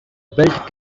built